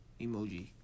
Emoji